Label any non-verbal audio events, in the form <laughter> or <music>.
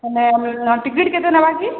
<unintelligible> ticket କେତେ ନେବାକି